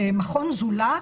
במכון "זולת",